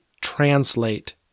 translate